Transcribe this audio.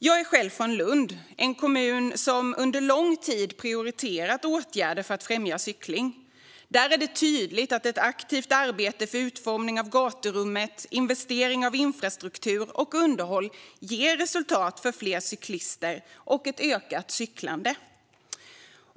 Jag är själv från Lund, en kommun som under lång tid prioriterat åtgärder för att främja cykling. Där är det tydligt att ett aktivt arbete för utformning av gaturummet, investering av infrastruktur och underhåll ger resultat i form av fler cyklister och ett ökat cyklande.